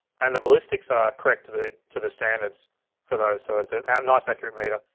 and the ballistics are correct to the to the standards for those, so it's a nice, accurate meter.